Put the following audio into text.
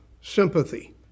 sympathy